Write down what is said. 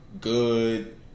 good